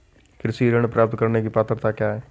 कृषि ऋण प्राप्त करने की पात्रता क्या है?